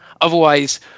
Otherwise